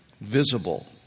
visible